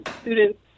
students